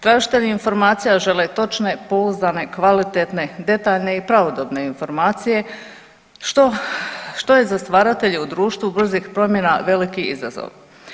Tražitelji informacija žele točne, pouzdane, kvalitetne, detaljne i pravodobne informacije što, što je za stvaratelje u društvu brzih promjena veliki izazov.